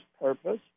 purpose